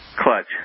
clutch